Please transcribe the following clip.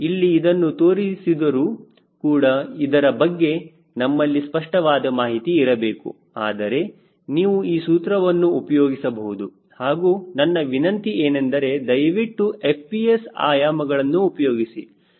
ಇಲ್ಲಿ ಇದನ್ನು ತೋರಿಸಿದರು ಕೂಡ ಇದರ ಬಗ್ಗೆ ನಮ್ಮಲ್ಲಿ ಸ್ಪಷ್ಟವಾದ ಮಾಹಿತಿ ಇರಬೇಕು ಆದರೆ ನೀವು ಈ ಸೂತ್ರವನ್ನು ಉಪಯೋಗಿಸಬಹುದು ಹಾಗೂ ನನ್ನ ವಿನಂತಿ ಏನೆಂದರೆ ದಯವಿಟ್ಟು FPS ಆಯಾಮಗಳನ್ನು ಉಪಯೋಗಿಸಿ